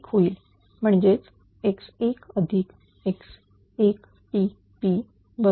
होईल म्हणजेच x1 x1